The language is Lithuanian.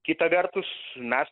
kita vertus mes